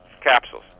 capsules